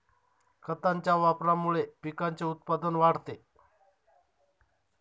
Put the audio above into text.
खतांच्या वापरामुळे पिकाचे उत्पादन वाढते